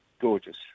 gorgeous